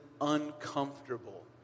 uncomfortable